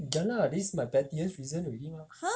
ya lah this is my pettiest reason already mah